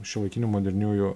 šiuolaikinių moderniųjų